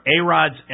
A-Rod's